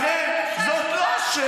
שקרים, זה הגיוני, לכן, זאת לא השאלה.